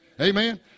Amen